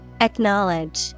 Acknowledge